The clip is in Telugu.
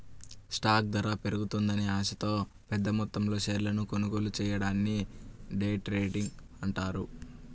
స్టాక్ ధర పెరుగుతుందనే ఆశతో పెద్దమొత్తంలో షేర్లను కొనుగోలు చెయ్యడాన్ని డే ట్రేడింగ్ అంటారు